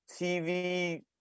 TV